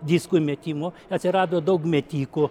disko metimo atsirado daug metikų